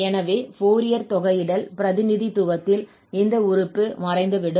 எனவே ஃபோரியர் தொகையிடல் பிரதிநிதித்துவத்தில் இந்த உறுப்பு மறைந்துவிடும்